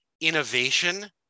innovation